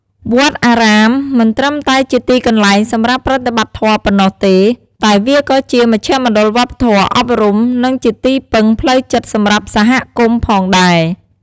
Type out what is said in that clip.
វត្តអារាមមិនត្រឹមតែជាទីកន្លែងសម្រាប់ប្រតិបត្តិធម៌ប៉ុណ្ណោះទេ តែវាក៏ជាមជ្ឈមណ្ឌលវប្បធម៌ អប់រំ និងជាទីពឹងផ្លូវចិត្តសម្រាប់សហគមន៍ផងដែរ។